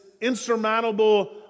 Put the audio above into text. insurmountable